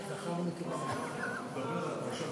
פשוט